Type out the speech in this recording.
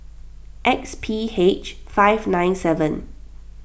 X P H five nine seven